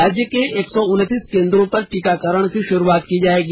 राज्य के एक र्सो उन्तीस केंद्रों पर टीकाकरण की शुरूआत की जाएगी